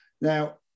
Now